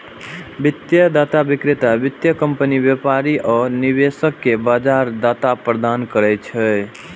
वित्तीय डाटा विक्रेता वित्तीय कंपनी, व्यापारी आ निवेशक कें बाजार डाटा प्रदान करै छै